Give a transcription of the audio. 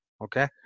Okay